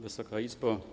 Wysoka Izbo!